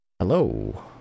hello